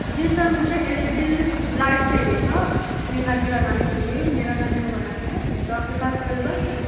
جی sir مجھے L E D light چاہیے تھا اپنے گھر میں لگانے کے لیے میرا گھر نیو بنا ہے تو آپ کے پاس اویلیبل ہے